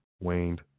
waned